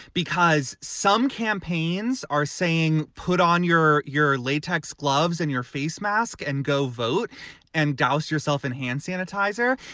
because some campaigns are saying put on your your latex gloves and your face mask and go vote and douse yourself in hand sanitizer.